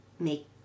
make